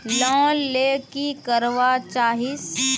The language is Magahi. लोन ले की करवा चाहीस?